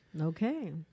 Okay